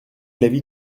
l’avis